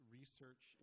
research